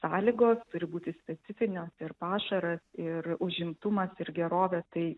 sąlygos turi būti specifinis ir pašaras ir užimtumas ir gerovė tai